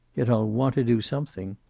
yet i'll want to do something.